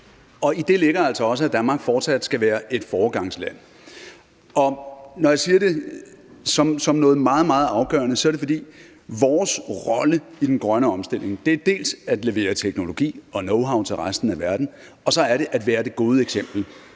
I det ligger altså også, at Danmark fortsat skal være et foregangsland. Og når jeg siger det som noget meget, meget afgørende, er det, fordi vores rolle i den grønne omstilling dels er at levere teknologi og knowhow til resten af verden, dels at være det gode eksempel.